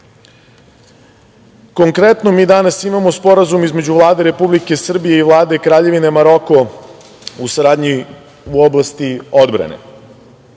Konkretno, mi danas imamo Sporazum između Vlade Republike Srbije i Vlade Kraljevine Maroko u oblasti odbrane. Ono